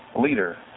leader